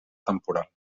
temporal